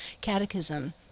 catechism